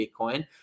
Bitcoin